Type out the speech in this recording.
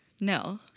No